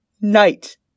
night